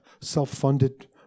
self-funded